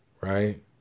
right